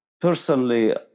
personally